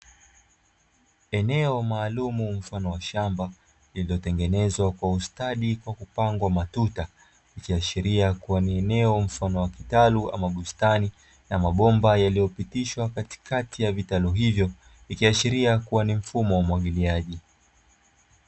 Eneo maalumu mfano wa shamba lililotengenezwa kwa ustadi kwa kupangwa matuta , ikiashiria kuwa ni eneo mfano wa kitalu ama bustani na mabomba yaliopitishwa katikati ya vitalu hivyo, ikiashiria kuwa ni mfumo wa umwagiliaji.